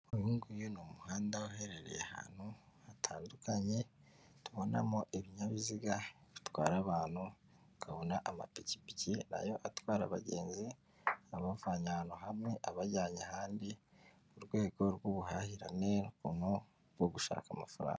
Uyu nguyu ni umuhanda uherereye ahantu hatandukanye, tubonamo ibinyabiziga bitwara abantu, ukabona amapikipiki nayo atwara abagenzi abavanye ahantu hamwe abajyanye ahandi, urwego rw'ubuhahirane nk'ukunku bwo gushaka amafaranga.